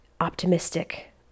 optimistic